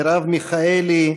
מרב מיכאלי,